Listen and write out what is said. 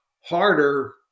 harder